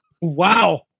Wow